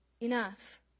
enough